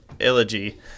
Elegy